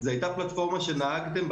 היתה שאלה של חברת הכנסת טלי פלוסקוב.